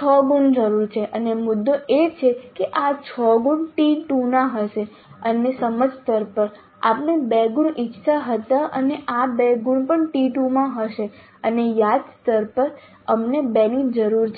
6 ગુણની જરૂર છે અને મુદ્દો એ છે કે આ 6 ગુણ T2 ના હશે અને સમજણ સ્તર પર આપણે 2 ગુણ ઇચ્છતા હતા અને આ 2 ગુણ પણ T2 માં હશે અને યાદ સ્તર પર અમને 2 ની જરૂર છે